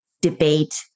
debate